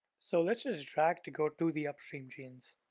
so let's just drag to go to the upstream genes.